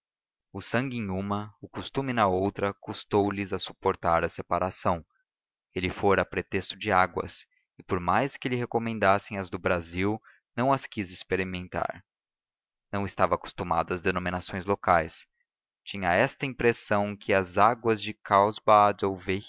o sangue em uma o costume na outra custou lhes a suportar a separação ele fora a pretexto de águas e por mais que lhe recomendassem as do brasil não as quis experimentar não estava acostumado às denominações locais tinha esta impressão que as águas de